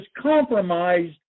compromised